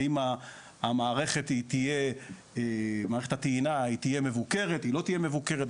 האם מערכת הטעינה תהיה מבוקרת או לא מבוקרת,